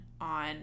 on